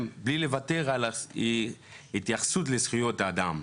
בלי לוותר על התייחסות לזכויות אדם.